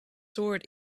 sword